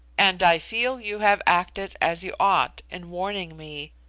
and i feel you have acted as you ought in warning me.